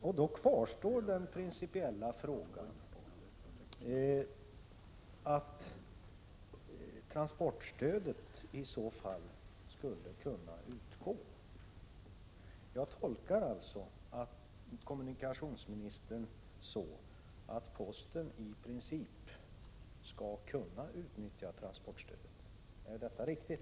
Därför kvarstår det faktum att transportstödet i så fall skulle kunna utgå. Jag tolkar alltså kommunikationsministern så, att posten i princip skall kunna utnyttja transportstödet. Är detta riktigt?